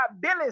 Billy